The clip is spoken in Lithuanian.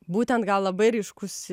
būtent gal labai ryškus